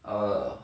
err